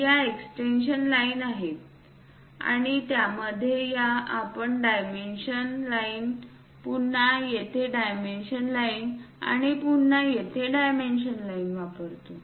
या extension line आहेत आणि त्यामधे या आपण डायमेंशन लाइन पुन्हा येथे डाइमेंशन लाइन आणि पुन्हा येथे डाइमेंशन लाइन वापरतो